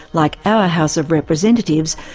like our house of representatives,